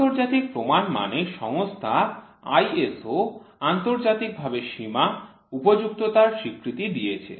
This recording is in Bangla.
আন্তর্জাতিক প্রমাণমানের সংস্থা আন্তর্জাতিকভাবে সীমা উপযুক্ততার স্বীকৃতি দিয়েছে